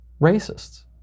racists